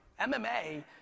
MMA